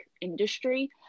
industry